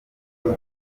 kuri